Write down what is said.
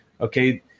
Okay